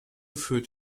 führt